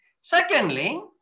Secondly